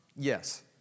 Yes